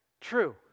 True